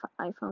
iPhone